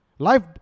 Life